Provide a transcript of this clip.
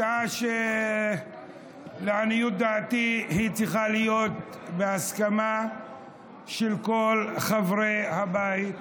הצעה שלעניות דעתי צריכה להיות בהסכמה של כל חברי הבית,